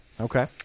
Okay